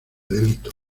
delito